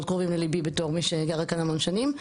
קרובים לליבי בתור מי שגרה פה המון שנים.